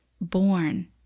born